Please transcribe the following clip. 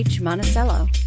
Monticello